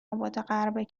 آبادغرب